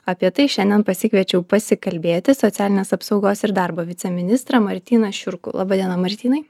apie tai šiandien pasikviečiau pasikalbėti socialinės apsaugos ir darbo viceministrą martyną šiurkų laba diena martynai